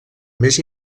més